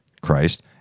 Christ